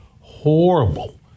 horrible